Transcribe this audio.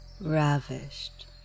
ravished